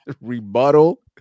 rebuttal